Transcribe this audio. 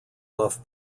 off